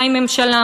מהי ממשלה,